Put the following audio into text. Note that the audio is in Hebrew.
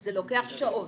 זה לוקח שעות,